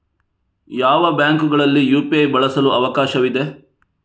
ಯಾವ ಬ್ಯಾಂಕುಗಳಲ್ಲಿ ಯು.ಪಿ.ಐ ಬಳಸಲು ಅವಕಾಶವಿದೆ?